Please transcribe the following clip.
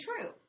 true